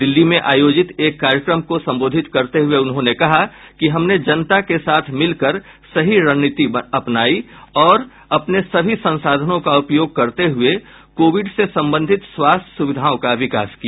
दिल्ली में आयोजित एक कार्यक्रम को संबोधित करते हये उन्होंने कहा कि हमने जनता के साथ मिल कर सही रणनीति अपनाई और अपने सभी संसाधनों का उपयोग करते हुए कोविड से संबंधित स्वास्थ्य सुविधाओं का विकास किया